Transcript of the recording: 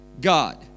God